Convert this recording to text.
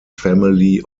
family